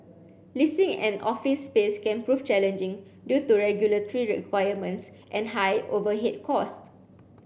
leasing an office space can prove challenging due to regulatory requirements and high overhead cost